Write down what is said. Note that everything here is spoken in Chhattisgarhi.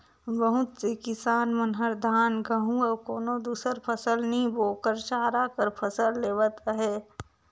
बहुत से किसान मन हर धान, गहूँ अउ कोनो दुसर फसल नी बो कर चारा कर फसल लेवत अहे